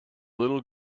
little